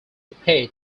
pay